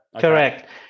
correct